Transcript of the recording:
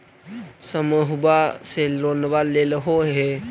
समुहवा से लोनवा लेलहो हे?